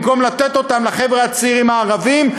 במקום לתת אותן לחבר'ה הצעירים הערבים,